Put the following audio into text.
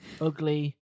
ugly